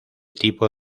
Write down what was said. tipo